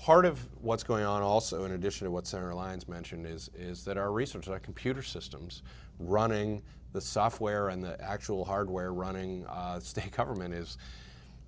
part of what's going on also in addition to what sarah lines mention is is that our research our computer systems running the software and the actual hardware running state government is